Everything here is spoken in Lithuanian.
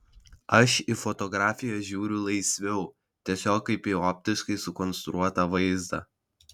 aš į fotografiją žiūriu laisviau tiesiog kaip į optiškai sukonstruotą vaizdą